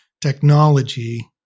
technology